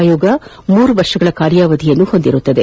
ಆಯೋಗ ಮೂರು ವರ್ಷಗಳ ಕಾರ್ಯಾವಧಿ ಹೊಂದಿದೆ